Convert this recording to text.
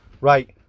Right